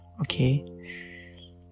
okay